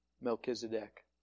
Melchizedek